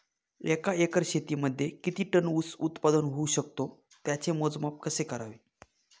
एका एकर शेतीमध्ये किती टन ऊस उत्पादन होऊ शकतो? त्याचे मोजमाप कसे करावे?